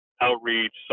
outreach